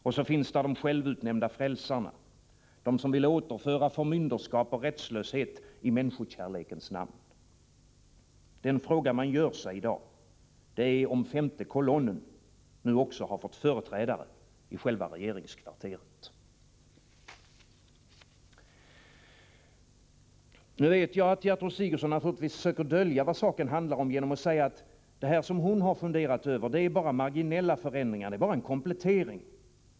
Och så finns där de självutnämnda frälsarna, som vill återinföra förmynderskap och rättslöshet i människokärlekens namn. Den fråga man gör sig i dag är om femte kolonnen nu också har fått företrädare i själva regeringskvarteret. Jag vet att Gertrud Sigurdsen naturligtvis söker dölja vad saken handlar om genom att säga att det hon funderat över bara är marginella förändringar, bara en komplettering.